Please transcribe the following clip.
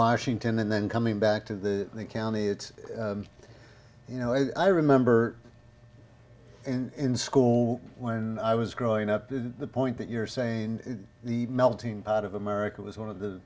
washington and then coming back to the county it's you know i remember in school when i was growing up to the point that you're saying the melting pot of america was one of the